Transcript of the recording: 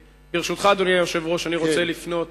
ברשותך, אדוני היושב-ראש, אני רוצה לפנות